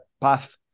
path